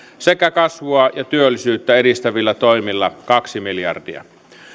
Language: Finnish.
sekä kasvua ja työllisyyttä edistävillä toimilla kaksi miljardia